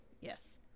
yes